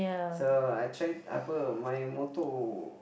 so I try apa my motto